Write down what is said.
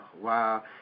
wow